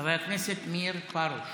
חבר הכנסת מאיר פרוש